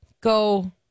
go